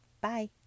Bye